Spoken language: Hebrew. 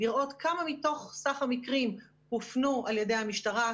לראות כמה מתוך סך המקרים הופנו על ידי המשטרה,